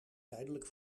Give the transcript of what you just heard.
tijdelijk